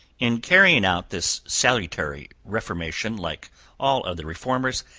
in carrying out this salutary reformation like all other reformers,